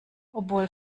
obwohl